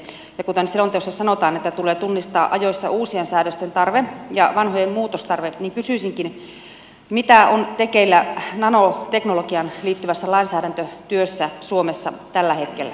ja kun selonteossa sanotaan että tulee tunnistaa ajoissa uusien säädösten tarve ja vanhojen muutostarve niin kysyisinkin mitä on tekeillä nanoteknologiaan liittyvässä lainsäädäntötyössä suomessa tällä hetkellä